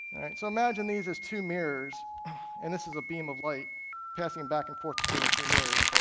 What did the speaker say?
so imagine these as two mirrors and this is a beam of light passing back and forth between the two mirrors,